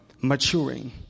maturing